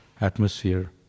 atmosphere